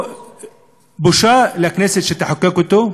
בושה לכנסת שתחוקק אותו.